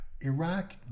Iraq